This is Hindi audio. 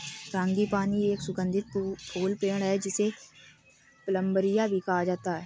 फ्रांगीपानी एक सुगंधित फूल पेड़ है, जिसे प्लंबरिया भी कहा जाता है